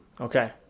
Okay